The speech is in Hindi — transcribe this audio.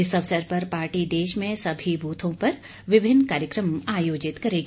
इस अवसर पर पार्टी देश में सभी बूथों पर विभिन्न कार्यक्रम आयोजित करेगी